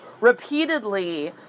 repeatedly